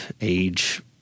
age